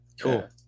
cool